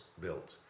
built